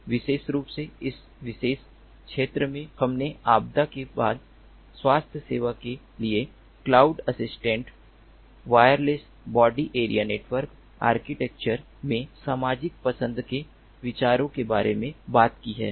विशेष रूप से इस विशेष पत्र में हमने आपदा के बाद स्वास्थ्य सेवा के लिए cloud assisted wireless body area network architecture में सामाजिक पसंद के विचारों के बारे में बात की है